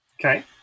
okay